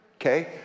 Okay